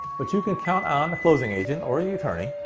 but you can count on closing agent or the attorney,